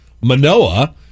Manoa